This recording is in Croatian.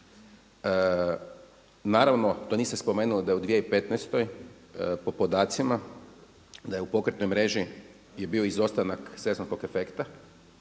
Naravno, to nisam spomenuo da je u 2015. po podacima da je u pokretnoj mreži je bio izostanak … efekta